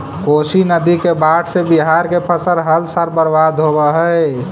कोशी नदी के बाढ़ से बिहार के फसल हर साल बर्बाद होवऽ हइ